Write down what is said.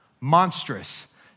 monstrous